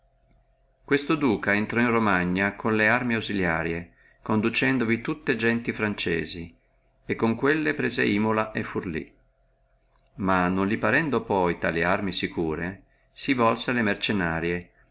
questo duca intrò in romagna con le armi ausiliarie conducendovi tutte gente franzese e con quelle prese imola e furlí ma non li parendo poi tale arme sicure si volse alle mercennarie